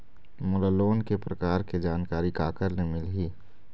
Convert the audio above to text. मोला लोन के प्रकार के जानकारी काकर ले मिल ही?